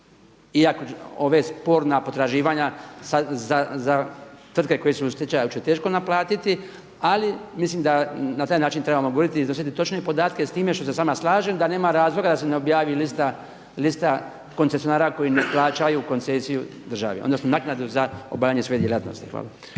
iako ova sporna potraživanja za tvrtke koje su u stečaju će teško naplatiti ali mislim da na taj način trebamo govoriti i iznositi točne podatke, s time što se s vama slažem da nema razloga da se ne objavi lista koncesionara koji ne plaćaju koncesiju državi odnosno naknadu za obavljanje svoje djelatnosti. Hvala.